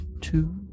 two